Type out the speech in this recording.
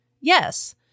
Yes